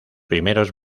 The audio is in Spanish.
primeros